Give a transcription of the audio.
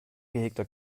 gehegter